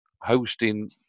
Hosting